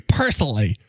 personally